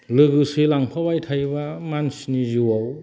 लोगोसे लांफाबाय थायोबा मानसिनि जिउआव